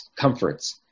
comforts